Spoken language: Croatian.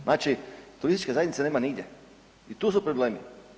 Znači, turističke zajednice nema nigdje i tu su problemi.